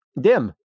Dim